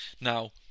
Now